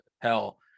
Hell